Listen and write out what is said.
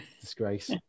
Disgrace